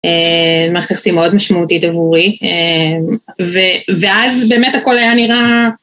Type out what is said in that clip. מערכת היחסים מאוד משמעותית עבורי, ואז באמת הכל היה נראה...